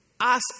ask